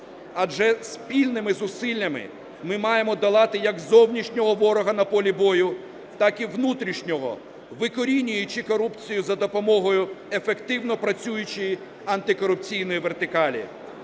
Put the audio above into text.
Адже спільними зусиллями ми маємо долати як зовнішнього ворога на полі бою, так і внутрішнього, викорінюючи корупцію за допомогою ефективно працюючої антикорупційної вертикалі.